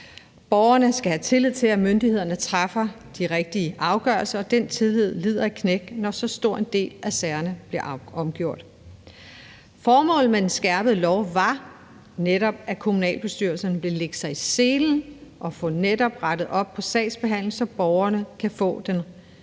Borgerne skal have tillid til, at myndighederne træffer de rigtige afgørelser. Den tillid lider et knæk, når så stor en del af afgørelserne i sager bliver omgjort. Formålet med den skærpede lov var netop, at kommunalbestyrelserne ville lægge sig i selen og få rettet op på sagsbehandlingen, så borgerne kan få den